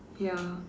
ya